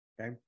Okay